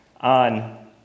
on